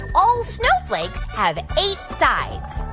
all snowflakes have eight sides?